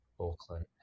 Auckland